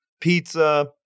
pizza